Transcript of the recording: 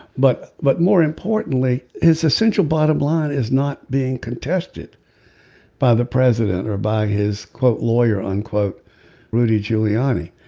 but but more importantly his essential bottom line is not being contested by the president or by his quote lawyer unquote rudy giuliani.